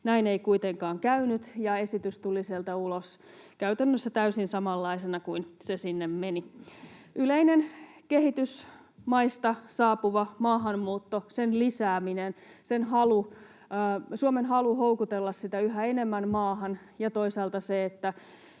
Näin ei kuitenkaan käynyt, ja esitys tuli sieltä ulos käytännössä täysin samanlaisena kuin se sinne meni. Yleinen kehitysmaista saapuva maahanmuutto, sen lisääminen, Suomen halu houkutella sitä yhä enemmän maahan ja toisaalta se, että